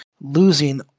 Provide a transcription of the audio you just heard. losing